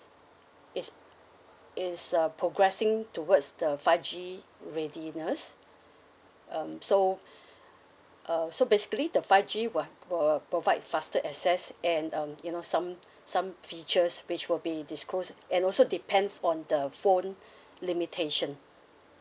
is is uh progressing towards the five G readiness um so uh so basically the five G wa~ will provide faster access and um you know some some features which will be disclosed and also depends on the phone limitation